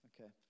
okay